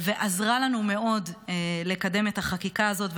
ועזרה לנו מאוד לקדם את החקיקה הזאת,